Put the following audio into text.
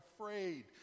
afraid